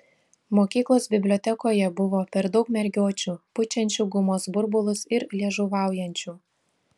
mokyklos bibliotekoje buvo per daug mergiočių pučiančių gumos burbulus ir liežuvaujančių